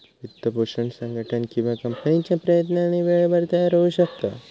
वित्तपोषण संघटन किंवा कंपनीच्या प्रयत्नांनी वेळेवर तयार होऊ शकता